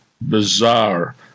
bizarre